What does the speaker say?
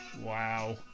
wow